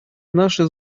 наши